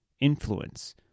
influence